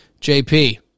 JP